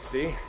See